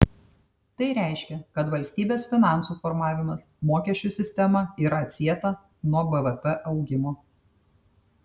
tai reiškia kad valstybės finansų formavimas mokesčių sistema yra atsieta nuo bvp augimo